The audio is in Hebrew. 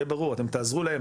יהיה ברור אתם תעזרו להם,